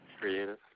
Creative